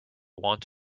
want